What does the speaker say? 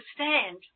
understand